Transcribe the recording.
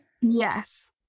Yes